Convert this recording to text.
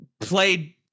Played